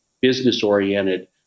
business-oriented